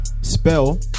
Spell